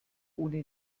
ohne